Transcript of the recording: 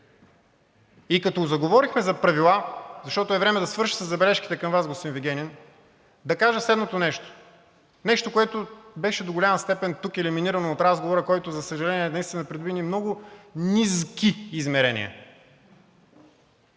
И като заговорихме за правила, защото е време да свърша със забележките към Вас, господин Вигенин, да кажа следното нещо – нещо, което беше до голяма степен тук елиминирано от разговора, който, за съжаление, днес придоби много низки измерения.